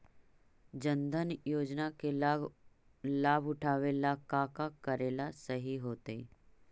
जन धन योजना के लाभ उठावे ला का का करेला सही होतइ?